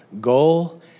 goal